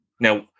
Now